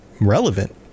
relevant